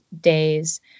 days